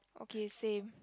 okay same